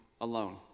alone